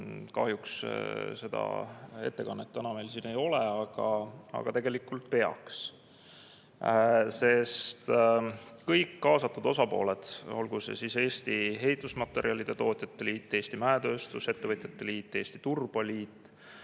Kahjuks seda ettekannet täna meil siin ei ole, aga tegelikult peaks, sest kõik kaasatud osapooled, olgu siis Eesti Ehitusmaterjalide Tootjate Liit, Eesti Mäetööstuse Ettevõtete Liit või Eesti Turbaliit,